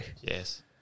Yes